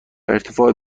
ارتفاع